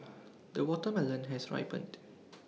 the watermelon has ripened